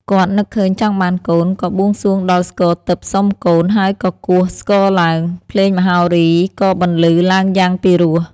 គាត់នឹកឃើញចង់បានកូន ក៏បួងសួងដល់ស្គរទិព្វសុំកូន ហើយក៏គោះ ស្គរឡើង។ ភ្លេងមហោរីក៏បន្លឺឡើងយ៉ាងពីរោះ។